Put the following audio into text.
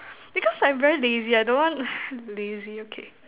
because I very lazy I don't want lazy okay